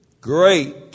Great